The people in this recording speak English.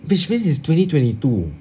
which means it's twenty twenty two